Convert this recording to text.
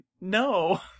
no